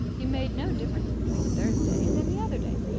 he made no difference between thursday and any other day.